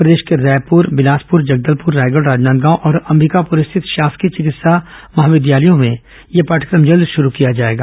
प्रदेश के रायपुर बिलासपुर जगदलपुर रायगढ राजनांदगांव और अभ्बिकापुर स्थित शासकीय चिकित्सा महाविद्यालयों में यह पाठ्यक्रम जल्द ही शुरू किया जाएगा